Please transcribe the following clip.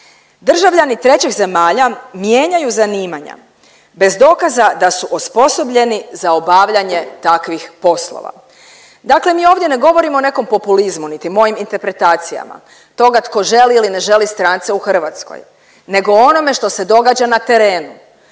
Državljani trećih zemalja mijenjaju zanimanja bez dokaza da su osposobljeni za obavljanje takvih poslova. Dakle mi ovdje ne govorimo o nekom populizmu niti mojim interpretacijama, toga tko želi ili ne želi strance u Hrvatskoj nego o onome što se događa na terenu.